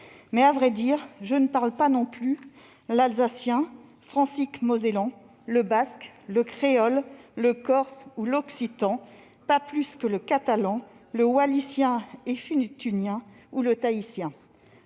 Mais, à vrai dire, je ne parle pas non plus l'alsacien, le francique-mosellan, le basque, le créole, le corse ou l'occitan, pas plus que le catalan, le wallisien et futunien ou le tahitien.